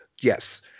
Yes